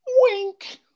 Wink